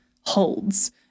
holds